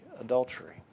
adultery